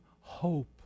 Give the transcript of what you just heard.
hope